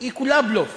היא כולה בלוף,